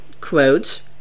quote